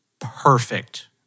Perfect